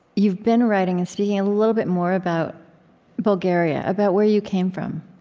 you've been writing and speaking a little bit more about bulgaria about where you came from,